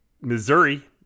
Missouri